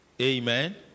amen